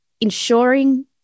ensuring